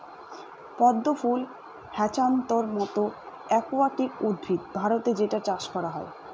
পদ্ম ফুল হ্যাছান্থর মতো একুয়াটিক উদ্ভিদ ভারতে যেটার চাষ করা হয়